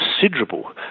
considerable